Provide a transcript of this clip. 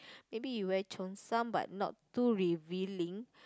maybe you wear Cheongsam but not too revealing